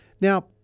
Now